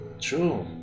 True